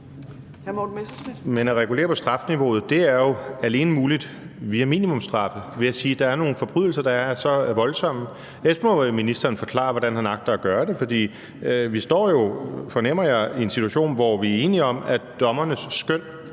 Men at regulere på strafniveauet er jo alene muligt via minimumsstraffe i forbindelse med nogle forbrydelser, der er så voldsomme. Ellers må ministeren forklare, hvordan han agter at gøre det. For vi står jo, fornemmer jeg, i en situation, hvor vi er enige om, at dommernes skøn